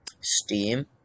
Steam